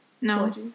No